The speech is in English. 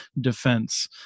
defense